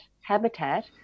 habitat